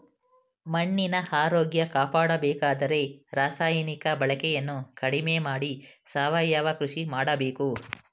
ಮಣ್ಣಿನ ಆರೋಗ್ಯ ಕಾಪಾಡಬೇಕಾದರೆ ರಾಸಾಯನಿಕ ಬಳಕೆಯನ್ನು ಕಡಿಮೆ ಮಾಡಿ ಸಾವಯವ ಕೃಷಿ ಮಾಡಬೇಕು